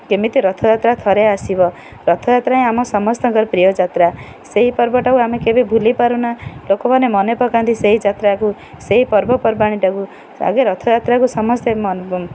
କେମିତି ରଥଯାତ୍ରା ଥରେ ଆସିବ ରଥଯାତ୍ରା ହିଁ ଆମ ସମସ୍ତଙ୍କର ପ୍ରିୟ ଯାତ୍ରା ସେହି ପର୍ବଟାକୁ ଆମେ କେବେ ଭୁଲି ପାରୁନା ଲୋକମାନେ ମନେ ପକାନ୍ତି ସେଇ ଯାତ୍ରାକୁ ସେଇ ପର୍ବପର୍ବାଣୀଟାକୁ ଆଗେ ରଥଯାତ୍ରାକୁ ସମସ୍ତେ ମନ